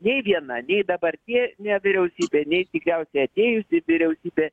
nei viena nei dabartie nė vyriausybė nei tikriausiai atėjusi vyriausybė